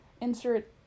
insert